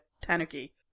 tanuki